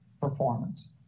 performance